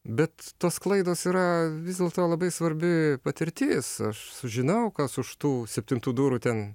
bet tos klaidos yra vis dėlto labai svarbi patirtis aš sužinau kas už tų septintų durų ten